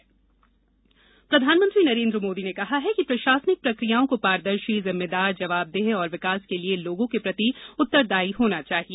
सतर्कता सम्मेलन प्रधानमंत्री नरेन्द्र मोदी ने कहा है कि प्रशासनिक प्रक्रियाओं को पारदर्शी जिम्मेदार जवाबदेह और विकास के लिए लोगों के प्रति उत्तरदायी होना चाहिए